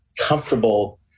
comfortable